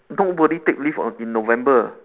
nobody take leave on in november